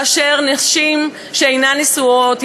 כאשר נשים שאינן נשואות,